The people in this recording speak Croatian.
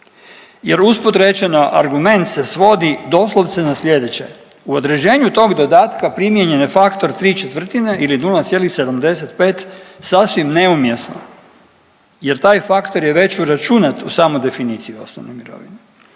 jer usput rečeno argument se svodi doslovce na slijedeće. U određenju tog dodatka primijenjen je faktor ¾ ili 0,75 sasvim neumjesno jer taj faktor je već uračunat u samoj definiciji osnovne mirovine.